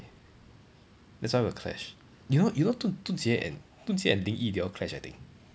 that's why will clash you know you know dun dun jie and dun jie and ling yi they all clash I think